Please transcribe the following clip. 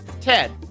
Ted